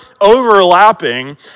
overlapping